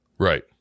Right